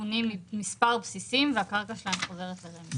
מפונים מספר בסיסים צבאיים והקרקע שלהם חוזרת לרשות מקרקעי ישראל.